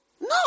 No